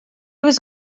was